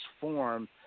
form